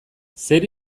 zer